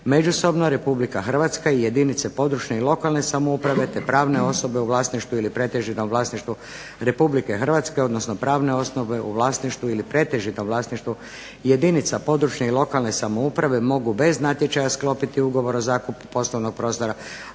međusobno RH i jedinice područne i lokalne samouprave te pravne osobe u vlasništvu ili pretežitom vlasništvu RH odnosno pravne osobe u vlasništvu ili pretežitom vlasništvu jedinica područne i lokalne samouprave mogu bez natječaja sklopiti ugovor o zakupu poslovnog prostora